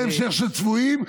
זה המשך של צבועים,